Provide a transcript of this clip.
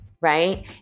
right